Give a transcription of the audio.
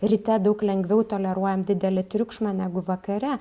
ryte daug lengviau toleruojam didelį triukšmą negu vakare